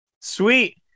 sweet